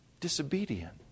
disobedient